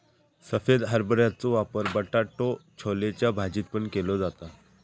सफेद हरभऱ्याचो वापर बटाटो छोलेच्या भाजीत पण केलो जाता